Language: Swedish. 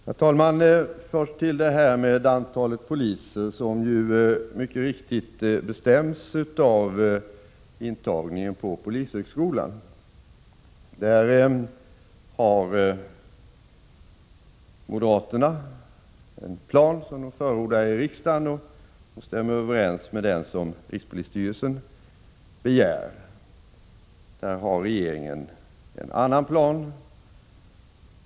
Herr talman! Först till frågan om antalet poliser som ju mycket riktigt bestäms av intagningen på polishögskolan. I den frågan har moderaterna en plan, som de förordar i riksdagen och som stämmer överens med de resurser som rikspolisstyrelsen begär. Där har regeringen en annan plan.